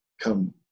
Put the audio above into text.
come